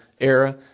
era